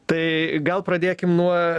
tai gal pradėkim nuo